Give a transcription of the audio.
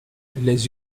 les